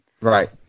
Right